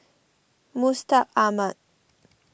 Mustaq Ahmad